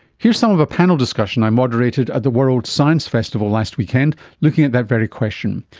here's some of a panel discussion i moderated at the world science festival last weekend looking at that very question.